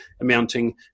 amounting